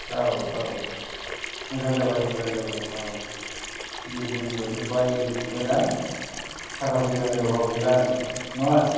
औ औ मोजां जाबाय मोजां जाबाय औ बिलडिं लुजोबबाय जेथिंबो ना थाखा फैसानि अबाब गैला नङा